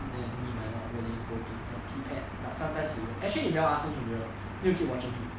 and he might not really go to the pee pad but sometimes he will actually if dell ask him he will then you keep watching him